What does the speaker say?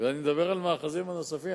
ואני מדבר על מאחזים נוספים,